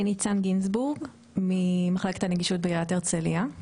אני ממחלקת הנגישות בעירית הרצליה.